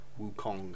Wukong